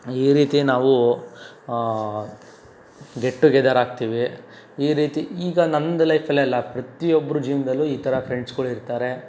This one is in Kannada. ಈ ರೀತಿ ನಾವು ಗೆಟ್ ಟುಗೆದರ್ ಆಗ್ತೀವಿ ಈ ರೀತಿ ಈಗ ನಮ್ದು ಲೈಫಲ್ಲೇ ಅಲ್ಲ ಪ್ರತಿ ಒಬ್ಬರ ಜೀವನದಲ್ಲೂ ಈ ಥರ ಫ್ರೆಂಡ್ಸ್ಗಳು ಇರ್ತಾರೆ